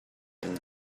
and